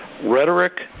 rhetoric